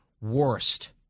worst